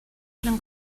белән